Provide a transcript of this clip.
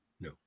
No